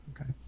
Okay